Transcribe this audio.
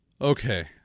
okay